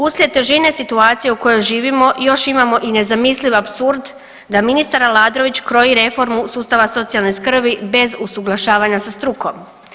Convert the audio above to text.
Uslijed težine situacije u kojoj živimo još imamo i nezamisliv apsurd da ministar Aladrović kroji reformu sustava socijalne skrbi bez usuglašavanja sa strukom.